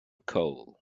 coal